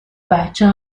بچه